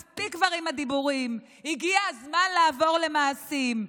מספיק כבר עם הדיבורים, הגיע הזמן לעבור למעשים.